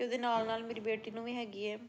ਅਤੇ ਉਹਦੇ ਨਾਲ ਨਾਲ ਮੇਰੀ ਬੇਟੀ ਨੂੰ ਵੀ ਹੈਗੀ ਹੈ